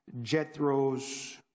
Jethro's